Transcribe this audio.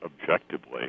objectively